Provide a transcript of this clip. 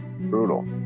Brutal